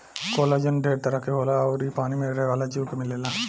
collagen ढेर तरह के होला अउर इ पानी में रहे वाला जीव में मिलेला